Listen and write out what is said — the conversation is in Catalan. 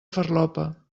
farlopa